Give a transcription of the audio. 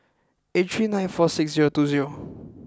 eight three nine four six zero two zero